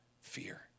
fear